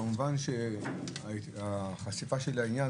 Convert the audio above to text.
כמובן שהחשיפה שלי לעניין,